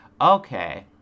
Okay